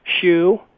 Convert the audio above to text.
shoe